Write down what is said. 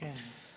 כן.